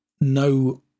no